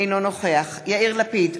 אינו נוכח יאיר לפיד,